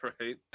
right